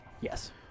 Yes